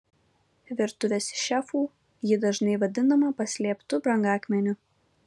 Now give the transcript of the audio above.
virtuvės šefų ji dažnai vadinama paslėptu brangakmeniu